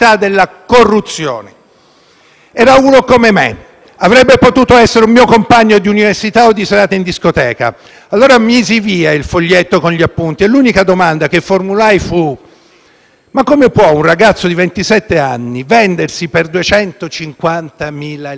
«Era uno come me. Avrebbe potuto essere un mio compagno di università o di serate in discoteca. Allora misi via il foglietto con gli appunti e l'unica domanda che formulai fu: "Ma come può un ragazzo di ventisette anni vendersi per 250.000 lire?".